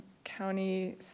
County